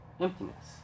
emptiness